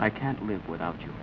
i can't live without you